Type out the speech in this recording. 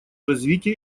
развитие